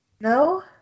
No